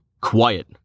quiet